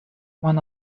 one